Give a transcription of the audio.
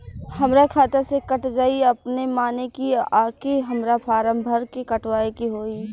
हमरा खाता से कट जायी अपने माने की आके हमरा फारम भर के कटवाए के होई?